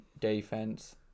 Defense